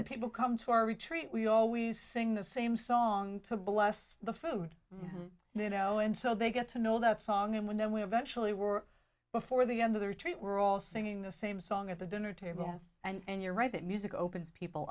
a people come to our retreat we always sing the same song to bless the food you know and so they get to know that song and when we eventually were before the end of the retreat we're all singing the same song at the dinner table and you're right that music opens people